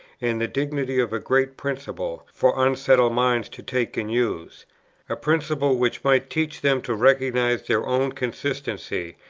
and the dignity of a great principle, for unsettled minds to take and use a principle which might teach them to recognize their own consistency,